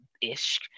ish